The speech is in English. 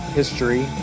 history